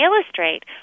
illustrate